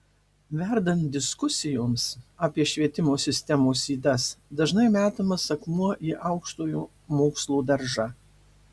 verdant diskusijoms apie švietimo sistemos ydas dažnai metamas akmuo į aukštojo mokslo daržą